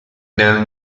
nel